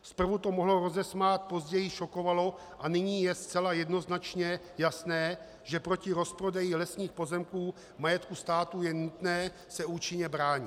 Zprvu to mohlo rozesmát, později šokovalo a nyní je zcela jednoznačně jasné, že proti rozprodeji lesních pozemků v majetku státu je nutné se účinně bránit.